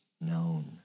known